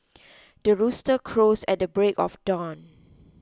the rooster crows at the break of dawn